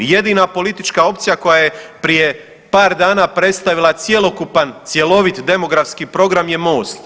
Jedina politička opcija koja je prije par dana predstavila cjelokupan, cjelovit demografski program je MOST.